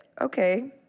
Okay